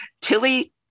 Tilly